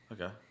Okay